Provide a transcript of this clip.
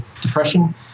depression